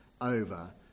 over